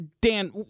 Dan